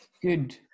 good